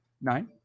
Nine